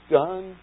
done